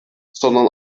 sondern